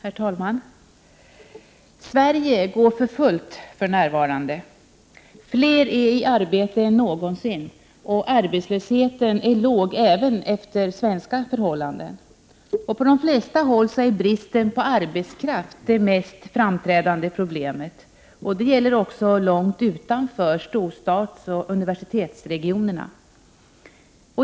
Herr talman! Sverige går för fullt för närvarande. Fler är i arbete än någonsin och arbetslösheten är låg även efter svenska förhållanden. På de flesta håll är bristen på arbetskraft det mest framträdande problemet och det gäller också långt utanför storstadsoch universitetsregionerna.